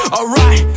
Alright